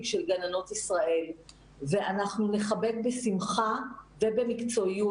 של גננות ישראל ואנחנו נכבד בשמחה ובמקצועיות,